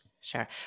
Sure